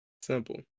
Simple